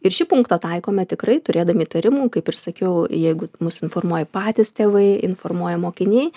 ir šį punktą taikome tikrai turėdami įtarimų kaip ir sakiau jeigu mus informuoja patys tėvai informuoja mokiniai